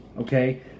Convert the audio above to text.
okay